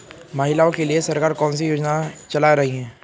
महिलाओं के लिए सरकार कौन सी योजनाएं चला रही है?